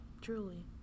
truly